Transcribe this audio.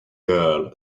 girl